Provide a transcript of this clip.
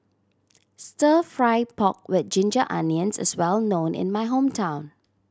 Stir Fry pork with ginger onions is well known in my hometown